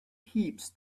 heaps